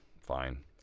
fine